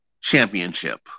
Championship